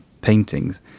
paintings